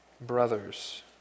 brothers